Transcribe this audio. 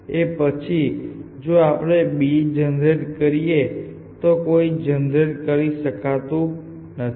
a પછી જો આપણે b જનરેટ કરીએ તો કોઈ જનરેટ કરી શકાતું નથી